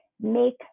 make